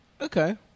Okay